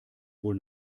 wohl